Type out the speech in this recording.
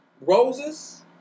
Roses